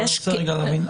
אבל אני רוצה רגע להבין,